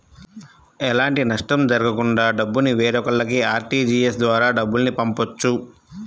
ఎలాంటి నష్టం జరగకుండా డబ్బుని వేరొకల్లకి ఆర్టీజీయస్ ద్వారా డబ్బుల్ని పంపొచ్చు